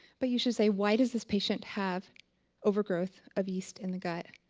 but you should say, why does this patient have overgrowth of yeast in the gut?